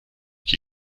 qui